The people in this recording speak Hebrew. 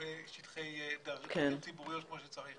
לכך שלא יהיו שטחים ציבוריים כמו שצריך.